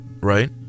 right